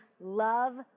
love